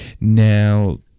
Now